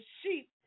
sheep